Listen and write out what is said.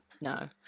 No